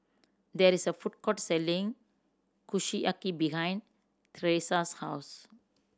there is a food court selling Kushiyaki behind Teresa's house